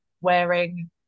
wearing